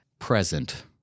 Present